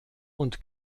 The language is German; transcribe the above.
und